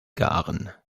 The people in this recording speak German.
garen